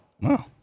No